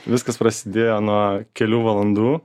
viskas prasidėjo nuo kelių valandų